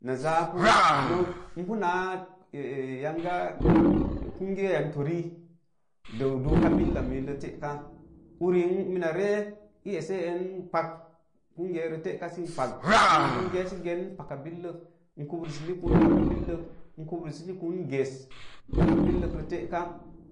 Na jaapu nok ipu naa yanga kun guyoyi n torii, duuka billa millə teka, uvi mina ree ii esse en pak, kungiyai re teka sən pak, uri boo n gyesi gen paka billas n kuprisini kun paka billək, n kuprisini kun ges, paka billək re teka,